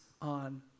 on